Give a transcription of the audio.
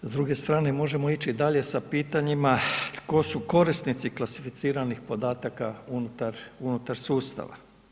S druge strane možemo ići dalje sa pitanjima tko su korisnici klasificiranih podataka unutar sustava?